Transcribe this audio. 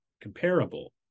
comparable